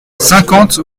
cinquante